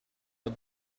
the